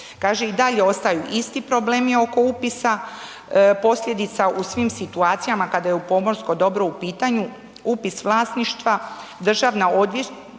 i dalje ostaju isti problemi oko upisa, posljedica u svim situacijama kada je pomorsko dobro u pitanju, upis vlasništva, državna odvjetništva